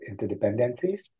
interdependencies